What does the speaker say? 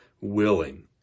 willing